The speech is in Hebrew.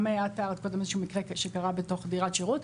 גם את הערת קודם איזשהו מקרה שקרה בתוך דירת שירות,